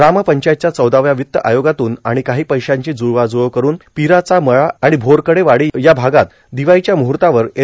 ग्रामपंचायतच्या चौदाव्या र्वित्त आयोगातून आर्माण काही पैशांची जुळवा जुळव करून र्विपराचा मळा आाण भोरकडे वाडी या भागात र्दवाळीच्या मुहूतावर एल